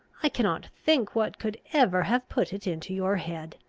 i cannot think what could ever have put it into your head.